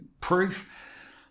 proof